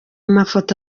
mafoto